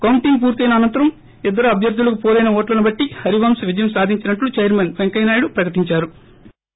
counting పూర్తయిన అనంతరం ఇద్దరు అభ్యర్థులకు పోలైన ఓట్లను బట్టి హరివంశ్ విజయం సాధించినట్లు చైర్మ న్ పెంకయ్య నాయుడు ప్రకటించారు